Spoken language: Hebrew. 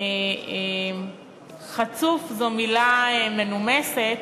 חצוף זו מילה מנומסת,